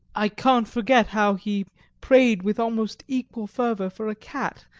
i can't forget how he prayed with almost equal fervour for a cat,